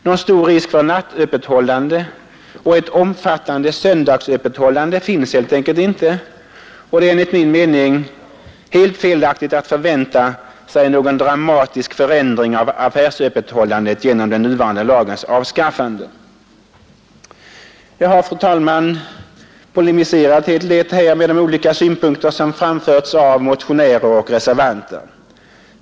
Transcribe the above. Någon stor risk för nattöppethållande och ett omfattande söndagsöppethållande finns helt enkelt inte, och det är enligt min mening helt felaktigt att förvänta sig någon dramatisk förändring av affärsöppethållandet genom den nuvarande lagens avskaffande. Jag har, fru talman, polemiserat helt lätt mot de olika synpunkter som framförts av motionärer och reservanter.